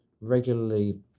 regularly